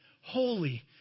holy